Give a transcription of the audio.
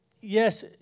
yes